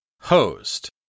host